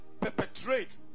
perpetrate